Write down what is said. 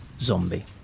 Zombie